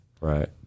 Right